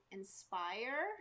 inspire